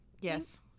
Yes